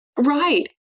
Right